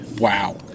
Wow